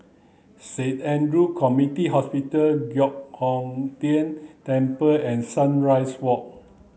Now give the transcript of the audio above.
Saint Andrew Community Hospital Giok Hong Tian Temple and Sunrise Walk